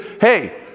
hey